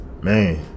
man